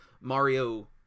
Mario